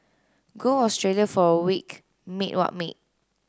go Australia for a week mate what mate